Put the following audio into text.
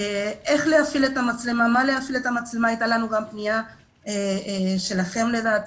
איך להפעיל את המצלמה הייתה לנו גם פנייה שלכם ופנייה